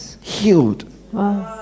healed